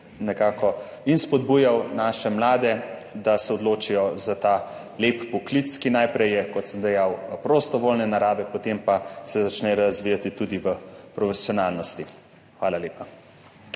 2024 in spodbujal naše mlade, da se odločijo za ta lepi poklic, ki je najprej, kot sem dejal, prostovoljne narave, potem pa se začne razvijati tudi v profesionalnosti. Hvala lepa.